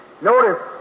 Notice